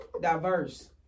diverse